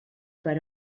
per